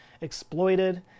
exploited